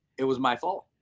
it was my fault,